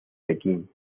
pekín